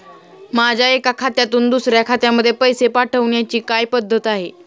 माझ्या एका खात्यातून दुसऱ्या खात्यामध्ये पैसे पाठवण्याची काय पद्धत आहे?